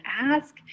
ask